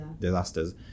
disasters